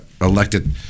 elected